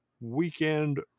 weekend